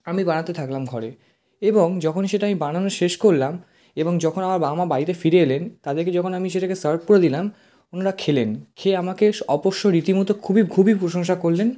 আমি বানাতে থাকলাম ঘরে এবং যখনই সেটা আমি বানানো শেষ করলাম এবং যখন আমার বাবা মা বাড়িতে ফিরে এলেন তাদেরকে যখন আমি সেটাকে সার্ভ করে দিলাম ওনারা খেলেন খেয়ে আমাকে শ অবশ্য রীতিমতো খুবই খুবই প্রশংসা করলেন